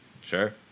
Sure